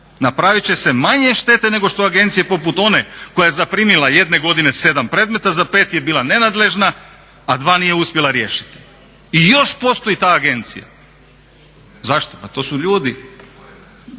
napravit će se manje štete nego što agencije poput one koja je zaprimila jedne godine 7 predmeta, za 5 je bila nenadležna, a 2 nije uspjela riješiti. I još postoji ta agencija. Zašto? Pa to su ljudi,